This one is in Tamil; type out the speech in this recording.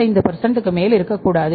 75 க்கு மேல் இருக்கக்கூடாது